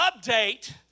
update